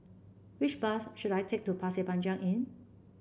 which bus should I take to Pasir Panjang Inn